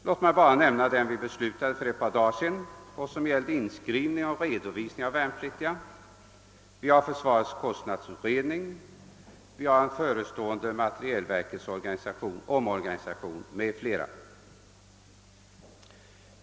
Låt mig bara nämna den vi beslutade för ett par dagar sedan och som gäller inskrivning och redovisning av värnpliktiga. Vi har försvarets kostnadsutredning, den förestående omorganisationen av :materielverken m.fl.